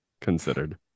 considered